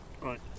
Right